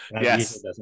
Yes